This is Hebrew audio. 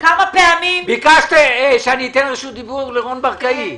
ביקשת שאתן רשות דיבור לרון ברקאי.